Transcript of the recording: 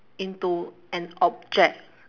into an object